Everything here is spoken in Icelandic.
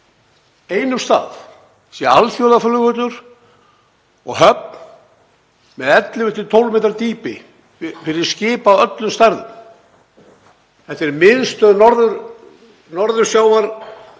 einum stað sé alþjóðaflugvöllur og höfn með 11–12 m dýpi fyrir skip af öllum stærðum. Þetta er miðstöð norðursjávarslóða